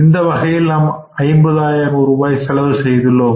இந்த வகையில் நாம் 50 ஆயிரம் ரூபாய் செலவு செய்துள்ளோம்